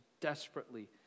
desperately